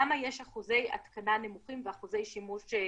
למה יש אחוזי התקנה נמוכים ואחוזי שימוש נמוכים.